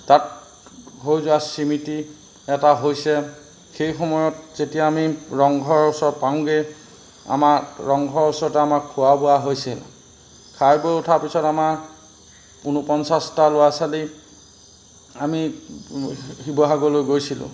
তাত হৈ যোৱাৰ স্মৃতি এটা হৈছে সেই সময়ত যেতিয়া আমি ৰংঘৰৰ ওচৰত পাওঁগৈ আমাক ৰংঘৰৰ ওচৰতে আমাক খোৱা বোৱা হৈছিল খাই বৈ উঠাৰ পিছত আমাৰ ঊনপঞ্চাছটা ল'ৰা ছোৱালী আমি শিৱসাগৰলৈ গৈছিলোঁ